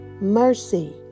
Mercy